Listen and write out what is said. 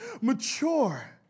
mature